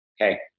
Okay